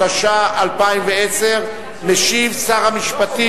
התשע"א 2010. משיב שר המשפטים.